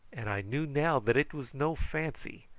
and i knew now that it was no fancy,